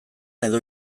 edo